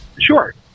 Sure